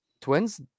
twins